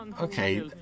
okay